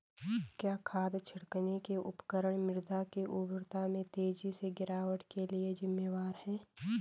क्या खाद छिड़कने के उपकरण मृदा की उर्वरता में तेजी से गिरावट के लिए जिम्मेवार हैं?